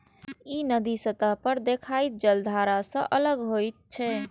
ई नदीक सतह पर देखाइत जलधारा सं अलग होइत छै